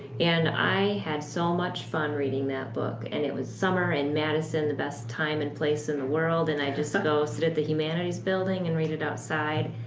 and i had so much fun reading that book. and it was summer in madison, the best time and place in the world. and i'd just go sit at the humanities building and read it outside.